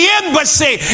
embassy